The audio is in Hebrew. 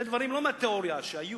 אלה דברים לא מהתיאוריה, דברים שהיו,